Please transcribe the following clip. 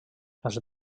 els